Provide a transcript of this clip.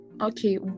Okay